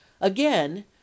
Again